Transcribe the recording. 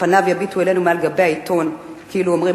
שפניו יביטו אלינו מעל דפי העיתון כאילו אומרים